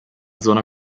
zona